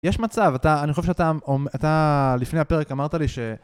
יש מצב, אני חושב שאתה לפני הפרק אמרת לי ש...